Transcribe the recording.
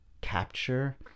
capture